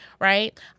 Right